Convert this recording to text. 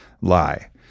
lie